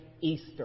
Easter